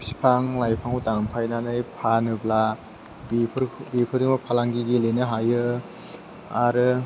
बिफां लाइफांखौ दानफायनानै फानोब्ला बेफोर बेफोरजोंबो फालांगि गेलेनो हायो आरो